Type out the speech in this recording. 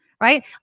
right